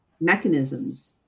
mechanisms